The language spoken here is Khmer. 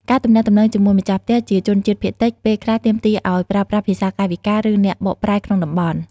ការទំនាក់ទំនងជាមួយម្ចាស់ផ្ទះជាជនជាតិភាគតិច ពេលខ្លះ ទាមទារឱ្យប្រើប្រាស់ ភាសាកាយវិការ ឬអ្នកបកប្រែក្នុងតំបន់។